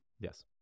Yes